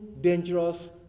dangerous